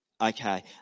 Okay